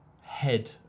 head